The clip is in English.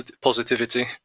positivity